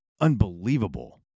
unbelievable